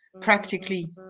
Practically